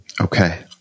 okay